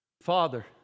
Father